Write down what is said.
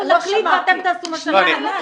אבל אנחנו נחליט ואתם תעשו מה שהחלטנו.